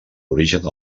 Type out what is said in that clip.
origen